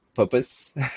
purpose